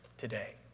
Today